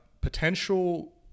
potential